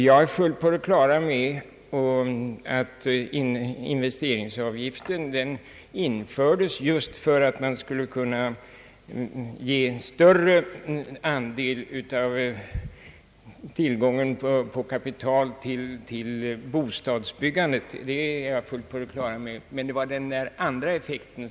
Jag är helt på det klara med att investeringsavgiften infördes just för att kunna ge en större andel av tillgången på kapital till bostadsbyggandet. Men investeringsavgiften fick också den andra effekten.